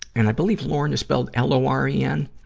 and i believe loren is spelled l o r e n.